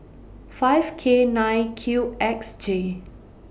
five K nine Q X J